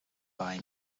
buy